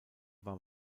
war